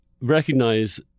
recognize